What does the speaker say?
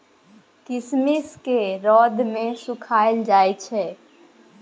किशमिश केँ रौद मे सुखाएल जाई छै